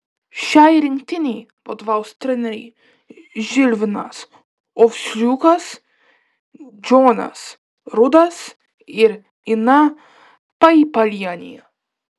šiai rinktinei vadovaus treneriai žilvinas ovsiukas džonas rudas ir ina paipalienė